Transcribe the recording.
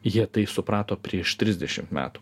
jie tai suprato prieš trisdešimt metų